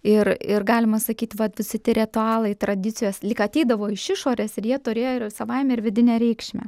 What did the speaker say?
ir ir galima sakyt vat visi tie ritualai tradicijos lyg ateidavo iš išorės ir jie turėjo ir savaime ir vidinę reikšmę